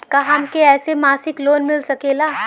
का हमके ऐसे मासिक लोन मिल सकेला?